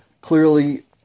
clearly